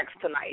tonight